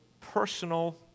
personal